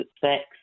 sex